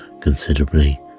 considerably